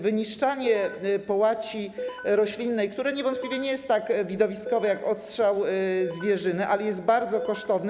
Wyniszczanie połaci roślinnej, które niewątpliwie nie jest tak widowiskowe jak odstrzał zwierzyny, jest bardzo kosztowne.